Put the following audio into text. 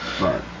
Right